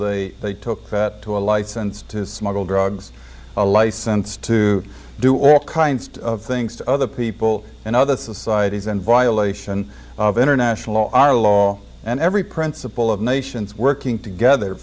they they took that to a license to smuggle drugs a license to do all kinds of things to other people and other societies and violation of international law our law and every principle of nations working together